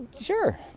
Sure